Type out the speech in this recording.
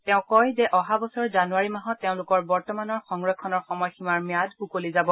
তেওঁ কয় যে অহা বছৰ জানুৱাৰী মাহত তেওঁলোকৰ বৰ্তমানৰ সংৰক্ষণৰ সময়সীমাৰ ম্যাদ উকলি যাব